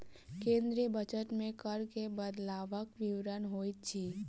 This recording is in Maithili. केंद्रीय बजट मे कर मे बदलवक विवरण होइत अछि